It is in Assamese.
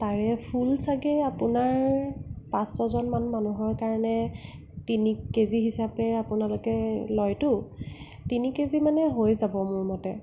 তাৰে ফুল ছাগে আপোনাৰ পাঁচ ছজনমান মানুহৰ কাৰণে তিনি কেজি হিচাপে আপোনালোকে লয়তো তিনি কেজিমানে হৈ যাব মোৰ মতে